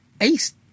Ace